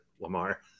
Lamar